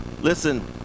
Listen